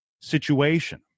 situation